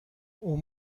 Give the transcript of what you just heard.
اون